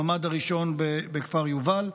הממ"ד הראשון בכפר יובל.